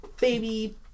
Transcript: Baby